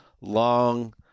Long